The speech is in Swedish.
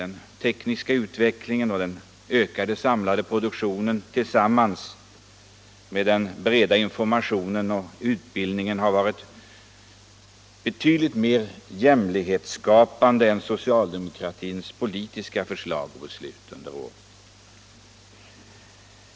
Den tekniska utvecklingen och den ökade samlade produktionen tillsammans med den breda informationen och utbildningen har varit betydligt mer jämlikhetsskapande än socialdemokratins politiska förslag och beslut under åren.